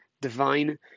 divine